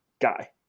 guy